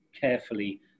carefully